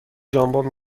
ژامبون